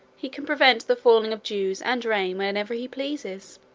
he can prevent the falling of dews and rain whenever he pleases.